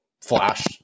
Flash